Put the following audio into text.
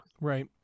Right